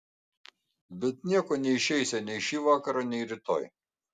bet nieko neišeisią nei šį vakarą nei rytoj